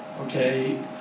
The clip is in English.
okay